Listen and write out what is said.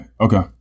Okay